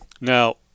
Now